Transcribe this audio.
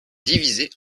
divisés